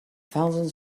thousands